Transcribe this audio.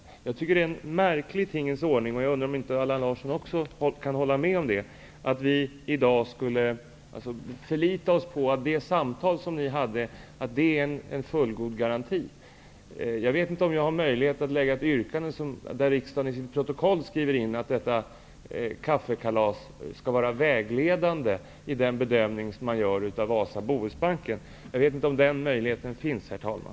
Jag tycker att det är en märklig tingens ordning, och jag undrar om inte också Allan Larsson kan hålla med om det, att vi skall förlita oss på att det samtal som ni hade är en fullgod garanti. Jag vet inte om jag har möjlighet att framställa ett yrkande om att det skrivs in i riksdagens protokoll att detta kaffekalas skall vara vägledande vid den bedömning som görs av Wasa--Bohusbanken. Jag vet inte om den möjligheten finns, herr talman.